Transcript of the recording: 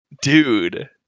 dude